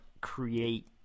create